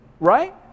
Right